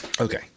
Okay